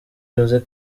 jose